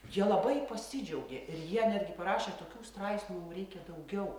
jie labai pasidžiaugė ir jie netgi parašė tokių straipsnių mum reikia daugiau